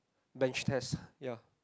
bench test ya